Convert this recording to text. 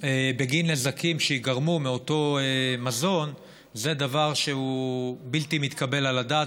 בגין נזקים שייגרמו מאותו מזון זה דבר שהוא בלתי מתקבל על הדעת